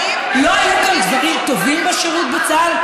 לא היו גם דברים טובים בשירות בצה"ל?